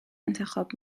انتخاب